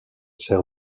sert